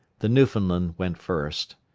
the newfoundland went first,